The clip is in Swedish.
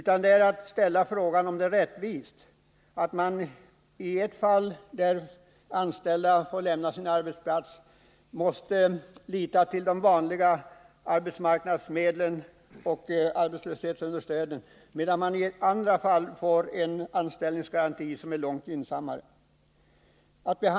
Vi ställer bara frågan: Är det rättvist att vederbörande i ett fall då de anställda får lämna sin arbetsplats måste lita till de vanliga arbetsmarknadsmedlen och arbetslöshetsunderstöden, medan det i andra fall lämnas en anställningsgaranti som är långt gynnsammare?